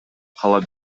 кала